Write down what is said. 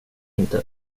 inte